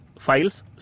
Files